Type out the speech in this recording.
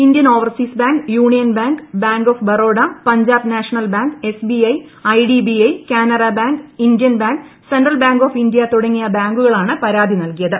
Indian overseas bank union പബ്ലാങ്ക് bank of Baroda Punjab national bank SBI IDBI Canara bank Indian bank central bank of India തുടങ്ങിയ ബാങ്കുകളാണ് പരാതി നൽകിയത്